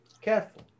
careful